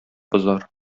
бозар